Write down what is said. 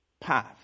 path